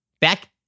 back